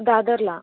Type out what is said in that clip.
दादरला